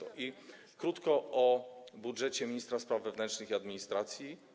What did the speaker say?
I powiem krótko o budżecie ministra spraw wewnętrznych i administracji.